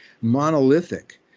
monolithic